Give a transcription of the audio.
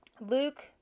Luke